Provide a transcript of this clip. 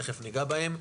תכף ניגע בהם.